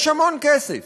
יש המון כסף.